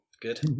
Good